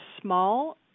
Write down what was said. small